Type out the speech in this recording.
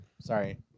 Sorry